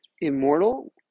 immortal